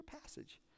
passage